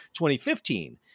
2015